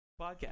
podcast